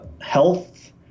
health